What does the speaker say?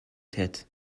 têtes